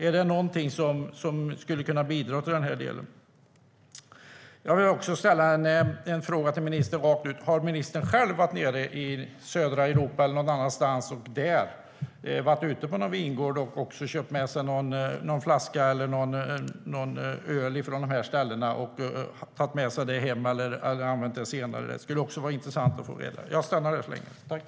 Är det någonting som skulle kunna bidra i den delen? Jag stannar där så länge.